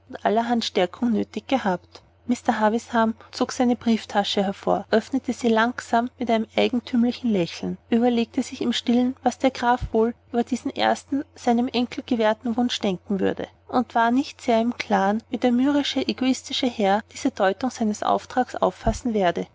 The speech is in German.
allerhand stärkung nötig gehabt mr havisham zog seine brieftasche hervor und öffnete sie langsam mit einem eigentümlichen lächeln er überlegte sich im stillen was der graf wohl über diesen ersten seinem enkel gewährten wunsch denken werde und war nicht sehr im klaren wie der mürrische egoistische herr diese deutung seines auftrages auffassen werde